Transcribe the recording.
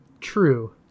True